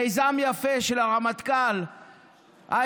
מיזם יפה של הרמטכ"ל איזנקוט